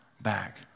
back